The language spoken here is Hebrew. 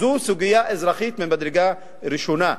זו סוגיה אזרחית ממדרגה ראשונה.